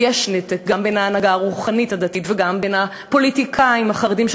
ויש נתק גם עם ההנהגה הרוחנית-הדתית וגם עם הפוליטיקאים החרדים,